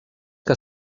que